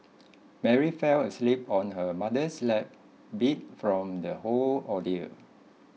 Mary fell asleep on her mother's lap beat from the whole ordeal